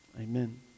Amen